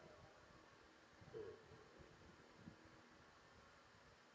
mmhmm